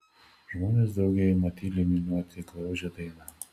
žmonės drauge ima tyliai niūniuoti graudžią dainą